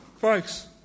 Folks